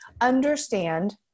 understand